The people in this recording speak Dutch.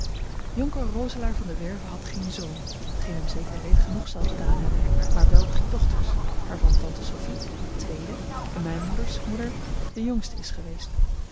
jonker roselaer van de werve had geen zoon t geen hem zeker leed genoeg zal gedaan hebben maar wel drie dochters waarvan tante sophie de tweede en mijn moeders moeder de jongste is geweest